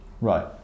right